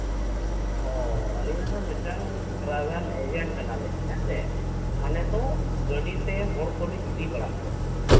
ᱚ ᱟᱹᱞᱤᱧ ᱨᱮᱱ ᱫᱚ ᱢᱤᱫᱴᱟᱱ ᱴᱨᱟᱵᱷᱮᱹᱞ ᱮᱡᱮᱱᱴ ᱠᱟᱱᱟᱞᱤᱧ ᱦᱮᱸ ᱥᱮ ᱢᱟᱱᱮ ᱜᱟᱹᱰᱤᱛᱮ ᱦᱚᱲ ᱠᱚᱞᱤᱧ ᱤᱫᱤ ᱵᱟᱲᱟ ᱠᱚᱣᱟ